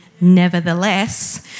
nevertheless